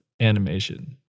animation